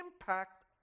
impact